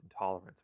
*Intolerance*